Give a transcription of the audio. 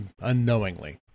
unknowingly